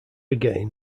again